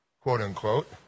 quote-unquote